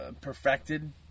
perfected